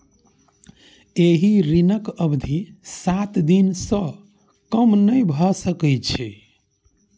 एहि ऋणक अवधि सात दिन सं कम नहि भए सकै छै